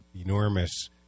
enormous